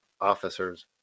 officers